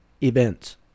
events